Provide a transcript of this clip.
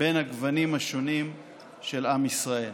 בין הגוונים השונים של עם ישראל.